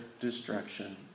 destruction